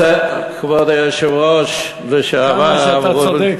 כבוד היושב-ראש לשעבר, ר' רובי, כמה שאתה צודק,